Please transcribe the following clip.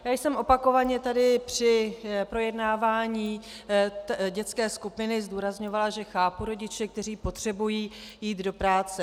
Já jsem opakovaně při projednávání dětské skupiny zdůrazňovala, že chápu rodiče, kteří potřebují jít do práce.